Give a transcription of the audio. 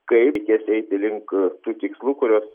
kai reikės eiti link tų tikslų kuriuos